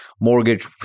mortgage